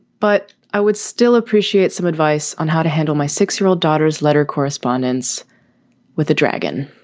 but i would still appreciate some advice on how to handle my six year old daughter's letter correspondence with a dragon.